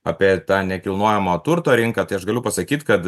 apie tą nekilnojamo turto rinką tai aš galiu pasakyt kad